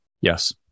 Yes